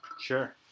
Sure